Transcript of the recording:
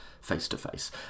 face-to-face